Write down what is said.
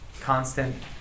constant